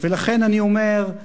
ולכן אני אומר: